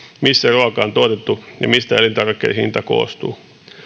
missä ruoka on tuotettu ja mistä elintarvikkeiden hinta koostuu